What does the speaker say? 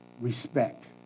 respect